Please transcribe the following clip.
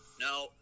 No